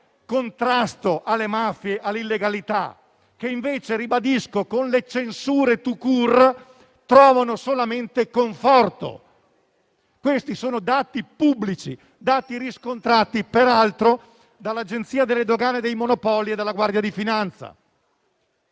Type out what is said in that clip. contrasto alle mafie e all'illegalità, che invece, ribadisco, con le censure *tout court*, trovano solamente conforto. Questi sono dati pubblici, riscontrati peraltro dall'Agenzia delle dogane e dei monopoli e dalla Guardia di finanza.